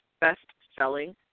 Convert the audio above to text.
best-selling